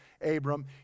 Abram